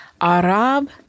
Arab